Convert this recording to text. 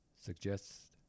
Suggests